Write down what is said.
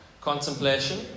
contemplation